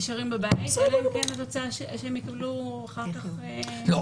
נשארים בבית אלא אם כן הם יקבלו אחר כך --- לא,